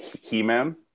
He-Man